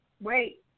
Wait